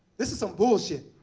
this is some bullshit.